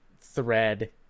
thread